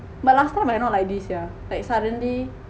but last time I not like this sia like suddenly